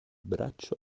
braccio